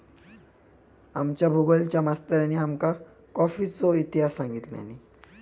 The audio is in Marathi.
आमच्या भुगोलच्या मास्तरानी आमका कॉफीचो इतिहास सांगितल्यानी